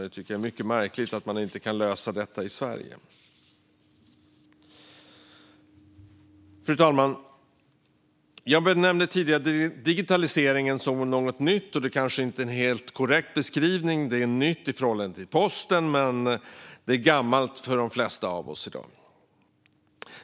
Det är märkligt att man inte kan lösa detta i Sverige. Fru talman! Jag benämnde tidigare digitaliseringen som något nytt. Det är kanske inte en helt korrekt beskrivning. Den är visserligen ny i förhållande till posten men gammal för de flesta i dag.